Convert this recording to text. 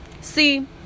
see